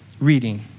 reading